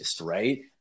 right